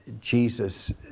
Jesus